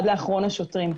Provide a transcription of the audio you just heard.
עד אחרון השוטרים.